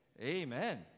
amen